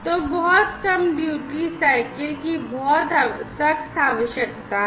तो बहुत कम duty cycle की बहुत सख्त आवश्यकता है